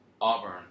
Auburn